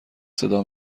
صدا